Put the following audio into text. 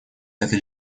это